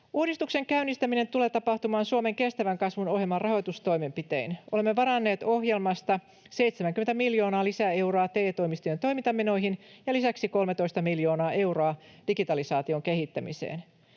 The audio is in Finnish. Uudistuksen käynnistäminen tulee tapahtumaan Suomen kestävän kasvun ohjelman rahoitustoimenpitein. Olemme varanneet ohjelmasta 70 miljoonaa lisäeuroa TE-toimistojen toimintamenoihin ja lisäksi 13 miljoonaa euroa digitalisaation kehittämiseen.